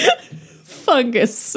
Fungus